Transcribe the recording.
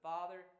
Father